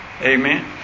Amen